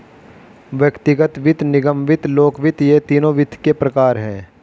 व्यक्तिगत वित्त, निगम वित्त, लोक वित्त ये तीनों वित्त के प्रकार हैं